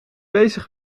bezig